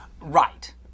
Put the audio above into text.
right